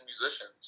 musicians